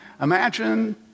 Imagine